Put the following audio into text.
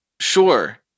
Sure